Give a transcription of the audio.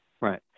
Right